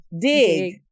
Dig